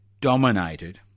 dominated